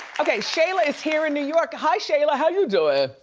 okay, shayla is here in new york. hi shayla, how you doing?